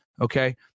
Okay